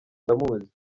ndamuzi